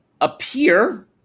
appear